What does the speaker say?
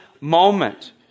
moment